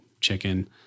chicken